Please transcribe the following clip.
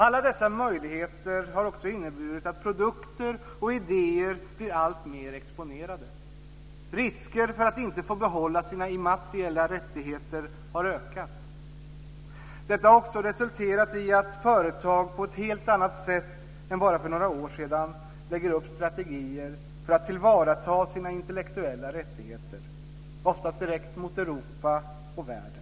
Alla dessa nya möjligheter har också inneburit att produkter och idéer blivit alltmer exponerade. Riskerna för att inte få behålla sina immateriella rättigheter har ökat. Det har också resulterat i att företag på ett helt annat sätt än bara för några år sedan lägger upp strategier för att tillvarata sina intellektuella rättigheter, ofta direkt gentemot Europa och världen.